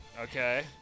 Okay